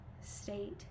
state